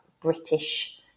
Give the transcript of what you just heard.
British